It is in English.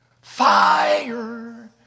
fire